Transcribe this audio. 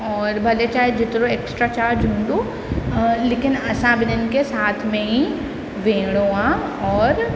और भले चाहे जेतिरो ऐक्सट्रा चार्ज हूंदो लेकिन असां ॿिन्हिनि खे साथ में ई वेहणो आहे और